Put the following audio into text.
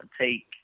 take